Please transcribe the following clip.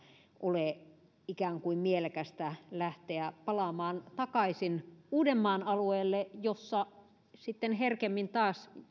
ole ikään kuin mielekästä lähteä palaamaan takaisin uudenmaan alueelle missä sitten herkemmin taas